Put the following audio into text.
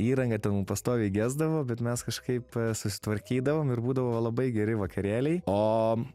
įranga ten pastoviai gesdavo bet mes kažkaip susitvarkydavom ir būdavo labai geri vakarėliai o